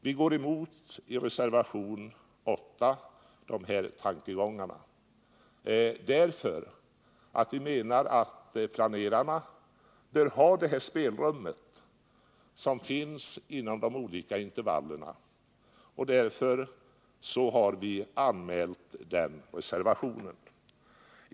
Vi går i reservationen 8 emot dessa tankegångar, därför att vi menar att planerarna bör ha det spelrum som finns inom de olika intervallen, och därför har vi alltså anmält denna reservation.